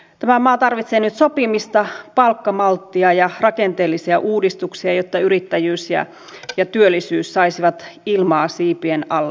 tämä maa tarvitsee nyt sopimista palkkamalttia ja rakenteellisia uudistuksia jotta yrittäjyys ja työllisyys saisivat ilmaa siipien alle